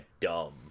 dumb